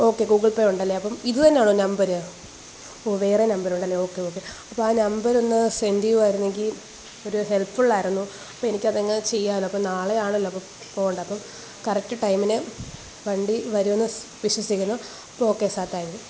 okay Google Pay ഉണ്ടല്ലെ അപ്പം ഇത് തന്നെയാണൊ നമ്പർ ഒ വേറെ നമ്പറുണ്ടല്ലെ ഓക്കെ ഓക്കെ അപ്പം ആ നമ്പറൊന്നു സെൻഡ് ചെയ്യുമായിരുന്നെങ്കിൽ ഒരു ഹെൽപ്പ്ഫുള്ളായിരുന്നു അപ്പം എനിക്കതങ്ങു ചെയ്യാമല്ലൊ അപ്പം നാളെയാണല്ലൊ അപ്പം പോകണ്ടെ അപ്പം കറക്റ്റ് ടൈമിനു വണ്ടി വരുമെന്നു വിശ്വസിക്കുന്നു അപ്പോൾ ഓക്കെ സാർ താങ്ക് യൂ